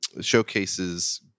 showcases